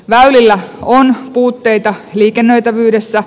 väylillä on puutteita liikennöitävyydessä